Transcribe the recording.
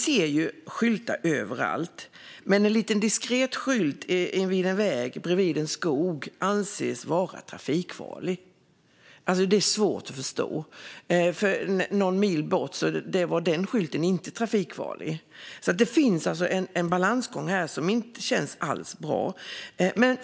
Det finns skyltar överallt, men en liten diskret skylt invid en väg vid en skog anses vara trafikfarlig. Det är svårt att förstå. Någon mil bort anses den skylten inte vara trafikfarlig. Det finns en balansgång som inte känns bra.